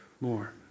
more